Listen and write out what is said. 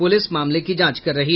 police मामले की जांच कर रही है